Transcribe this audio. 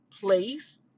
place